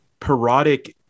parodic